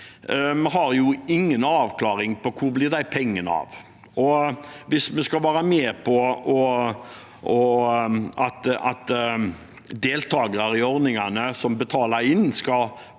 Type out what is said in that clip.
vi har ingen avklaring på hvor de pengene blir av. Hvis vi skal være med på at deltakere i ordningene som betaler inn,